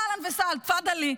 אהלן וסהלן, תפדלי.